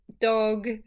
dog